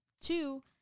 Two